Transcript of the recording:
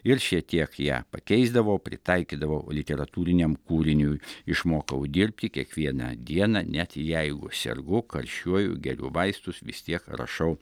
ir šiek tiek ją pakeisdavau pritaikydavau literatūriniam kūriniui išmokau dirbti kiekvieną dieną net jeigu sergu karščiuoju geriu vaistus vis tiek rašau